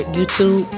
YouTube